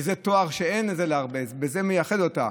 זה תואר שאין להרבה וזה מייחד אותה.